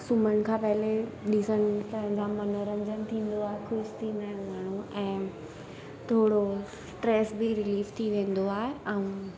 सुम्हण खां पहिरीं ॾिसण त जाम मनोरंजनु थींदो आहे ख़ुशि थी वेंदा आहिनि माण्हू ऐं थोरो ट्रेस बि रिलीस थी वेंदो आहे ऐं